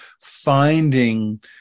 finding